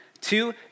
Two